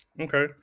okay